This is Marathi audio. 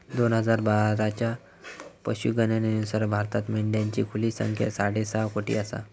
दोन हजार बाराच्या पशुगणनेनुसार भारतात मेंढ्यांची खुली संख्या साडेसहा कोटी आसा